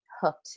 hooked